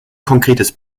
konkretes